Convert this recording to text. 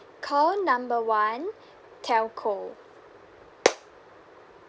call number one telco